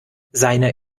seine